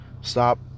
Stop